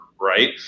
Right